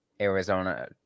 Arizona